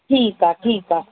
ठीकु आहे ठीकु आहे